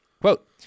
Quote